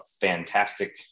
fantastic